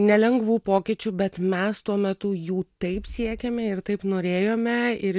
nelengvų pokyčių bet mes tuo metu jų taip siekėme ir taip norėjome ir